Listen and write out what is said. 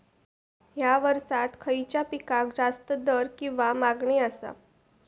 हया वर्सात खइच्या पिकाक जास्त दर किंवा मागणी आसा?